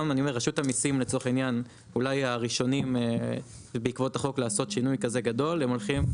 רשות המיסים הם הראשונים לעשות שינוי כזה גדול בעקבות החוק.